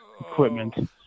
equipment